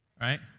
right